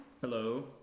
Hello